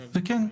וכן,